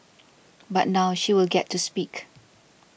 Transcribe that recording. but now she will get to speak